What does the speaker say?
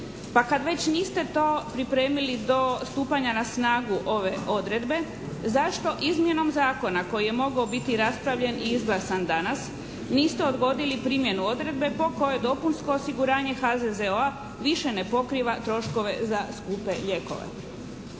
Pa kad već niste to pripremili do stupanja na snagu ove odredbe zašto izmjenom zakona koji je mogao biti raspravljen i izglasan danas niste odgodili primjenu odredbe po kojoj dopunsko osiguranje HZZO-a više ne pokriva troškove za skupe lijekove?